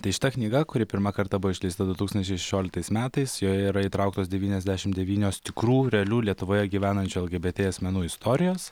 tai šita knyga kuri pirmą kartą buvo išleista du tūkstančiai šešioliktais metais joje yra įtrauktos devyniasdešim devynios tikrų realių lietuvoje gyvenančių lgbt asmenų istorijos